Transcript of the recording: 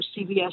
CVS